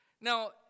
now